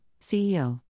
CEO